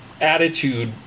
attitude